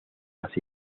las